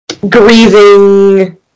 Grieving